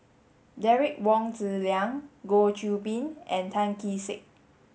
Derek Wong Zi Liang Goh Qiu Bin and Tan Kee Sek